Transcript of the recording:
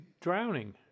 drowning